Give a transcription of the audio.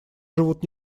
живут